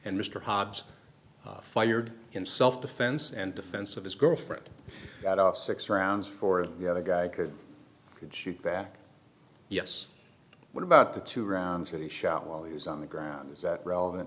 and mr hobbs fired in self defense and defense of his girlfriend got off six rounds for the other guy could could shoot back yes what about the two rounds of the shot while he was on the ground is that relevant